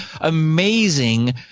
amazing